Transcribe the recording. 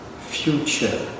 future